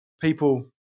people